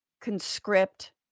conscript